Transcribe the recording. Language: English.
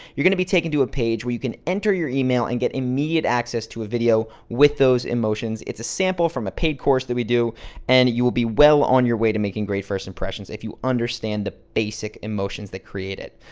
you're gonna be taken to a page where you can enter your email and get immediate access to a video with those emotions it's a sample from a paid course that we do and you will be well on your way to making great first impressions if you understand the basic emotions that create it.